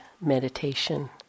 Meditation